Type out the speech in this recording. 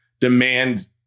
Demand